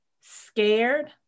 scared